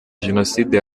jenoside